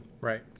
Right